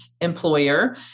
employer